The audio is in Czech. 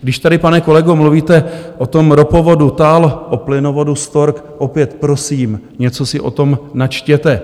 Když tady, pane kolego, mluvíte o ropovodu TAL, o plynovodu Stork opět prosím něco si o tom načtěte.